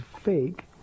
fake